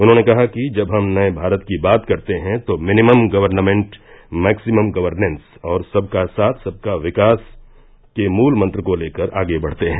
उन्होंने कहा कि जब हम नये भारत की बात करते हैं तो मिनिमम गवर्नमेंट मैक्सिमम गवर्नेस और सबका साथ सबका विकास के मूल मंत्र को लेकर आगे बढ़ते हैं